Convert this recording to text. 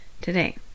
today